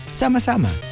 sama-sama